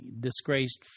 disgraced